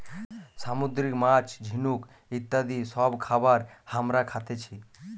সামুদ্রিক মাছ, ঝিনুক ইত্যাদি সব খাবার হামরা খাতেছি